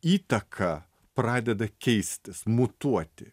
įtaka pradeda keistis mutuoti